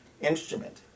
instrument